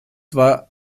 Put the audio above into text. war